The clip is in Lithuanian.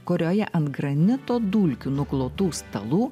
kurioje ant granito dulkių nuklotų stalų